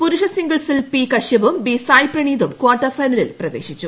പുരഷ സിംഗിൾസിൽ പി കശ്യപും ബി സായ് പ്രണീതും ക്വാർട്ടർ ഫൈനലിൽ പ്രവേശിച്ചു